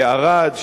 בערד,